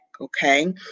okay